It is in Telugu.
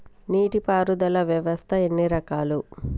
నీటి పారుదల వ్యవస్థ ఎన్ని రకాలు?